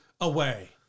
away